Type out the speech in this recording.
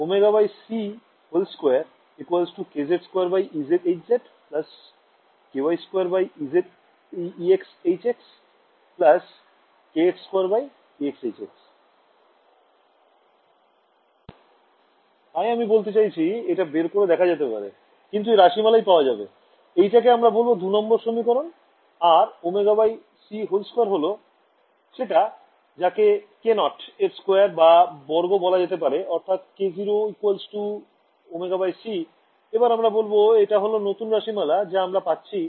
ωc2 kz 2 ky 2 kx2 তাই আমি বলতে চাইছি এটা বের করে দেখা যেতে পারে কিন্তু এই রাশিমালাই পাওয়া যাবে এইটাকে আমরা বলবো ২ নং সমীকরণ আর ωc2 হল সেটা যাকে k নট এর স্কোয়ার বা বর্গ বলা যেতে পারে অর্থাৎ k0 ωc এবার আমরা বলবো এটা হল নতুন রাশিমালা যা আমরা পাচ্ছি